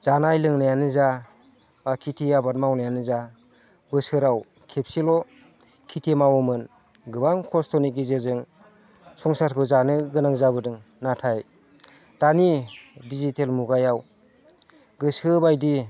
जानाय लोंनायानो जा बा खिथि आबाद मावनायानो जा बोसोराव खेबसेल' खिथि मावोमोन गोबां खस्थ'नि गेजेरजों संसारखो जानो गोनां जाबोदों नाथाय दानि डिजिटेल मुगायाव गोसो बायदि